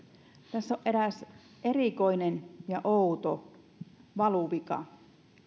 tässä on eräs erikoinen ja outo valuvika